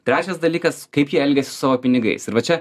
trečias dalykas kaip jie elgiasi su savo pinigais ir va čia